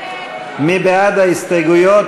ההסתייגויות